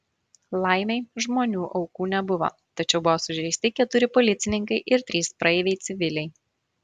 laimei žmonių aukų nebuvo tačiau buvo sužeisti keturi policininkai ir trys praeiviai civiliai